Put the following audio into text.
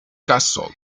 castle